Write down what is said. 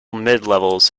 midlevels